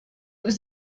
was